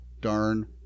darn